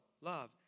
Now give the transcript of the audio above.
love